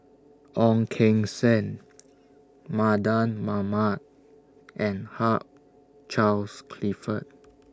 Ong Keng Sen Mardan Mamat and Hugh Charles Clifford